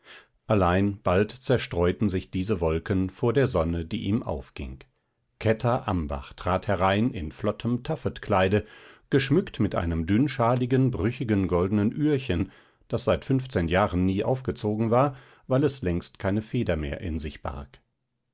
allein bald zerstreuten sich diese wolken vor der sonne die ihm aufging kätter ambach trat herein in flottem taffetkleide geschmückt mit einem dünnschaligen brüchigen goldenen ührchen das seit fünfzehn jahren nie aufgezogen war weil es längst keine feder mehr in sich barg